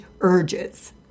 Urges